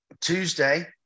Tuesday